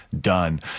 done